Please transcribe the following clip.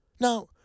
Now